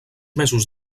mesos